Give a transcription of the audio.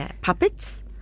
puppets